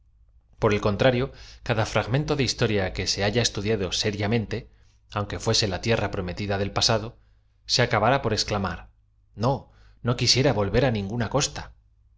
r el contrarío cada fragmento de hiatoría que se haya estudiado seria mente aunque íueae la tierra prometida del pasado se acabará por esclam ar n o no quisiera v o lv e r á ninguna costa